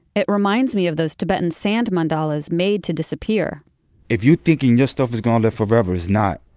it reminds me of those tibetan sand mandalas made to disappear if you thinking this stuff is gonna live forever, it's not.